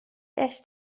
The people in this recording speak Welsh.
est